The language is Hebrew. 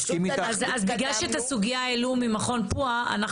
בגלל שאת הסוגייה העלו ממכון פוע"ה אנחנו